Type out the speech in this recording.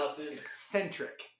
eccentric